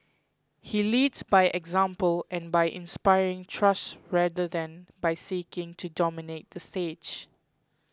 he leads by example and by inspiring trust rather than by seeking to dominate the stage